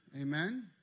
Amen